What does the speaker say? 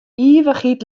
ivichheid